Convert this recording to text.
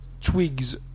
twigs